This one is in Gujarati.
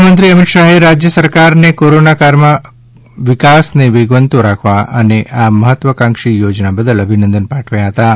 ગૃહમંત્રી શ્રી અમિત શાહે રાજ્ય સરકારને કોરોના કાળમાં વિકાસને વેગવંતો રાખવા માટે અને આ મહત્વાંક્ષી યોજના બદલ અભિનંદન પાઠવ્યા હતાં